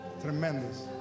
tremendous